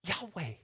Yahweh